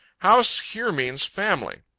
house here means family.